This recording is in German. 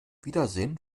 wiedersehen